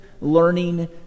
learning